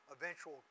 eventual